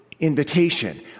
invitation